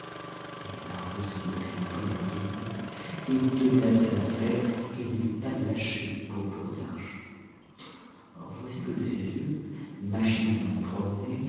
mais lahrier se moquait un peu de letondu il tenait la scène à faire et ne l'eût pas lâchée pour beaucoup d'argent or voici que de ses yeux machinalement promenés